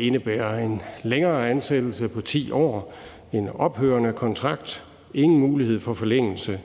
indebærer en længere ansættelse på 10 år med en ophørende kontrakt og ingen mulighed for forlængelse.